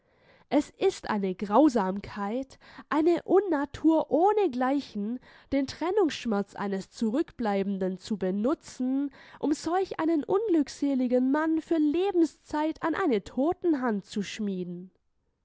es ist eine grausamkeit eine unnatur ohnegleichen den trennungsschmerz eines zurückbleibenden zu benutzen um solch einen unglückseligen mann für lebenszeit an eine totenhand zu schmieden